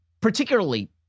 particularly